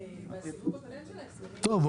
טוב,